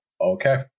Okay